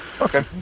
Okay